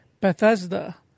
Bethesda